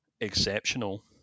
exceptional